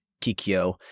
Kikyo